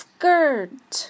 Skirt